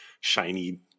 shiny